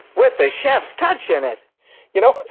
with the chefs touching it you know